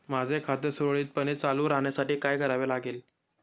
माझे खाते सुरळीतपणे चालू राहण्यासाठी काय करावे लागेल?